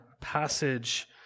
passage